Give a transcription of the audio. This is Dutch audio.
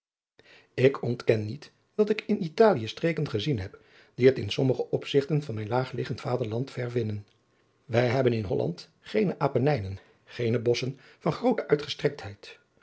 ik ontken niet dat ik in italie streken gezien heb die het in sommige opzigten van mijn laag liggend vaderland ver winnen wij hebben in holland geene appenijnen geene bosschen van groote uitgestrektheid